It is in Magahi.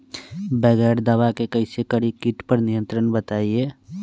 बगैर दवा के कैसे करें कीट पर नियंत्रण बताइए?